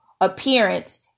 appearance